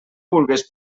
vulgues